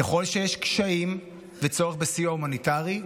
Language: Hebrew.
ככל שיש קשיים וצורך בסיוע הומניטרי,